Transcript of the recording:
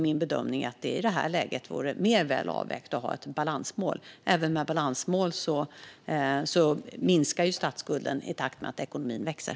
Min bedömning är att det i detta läge därför vore mer väl avvägt att ha ett balansmål. Även med balansmål minskar statsskulden i takt med att ekonomin växer.